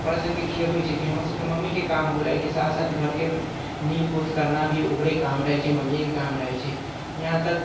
ओकरासभके खियबैत छै जे हमरसभके मम्मीके काम हो गेलै एहिके साथ साथ घरके नीप पोत करना भी ओकरे काम रहैत छै मम्मिएके काम रहैत छै यहाँ तक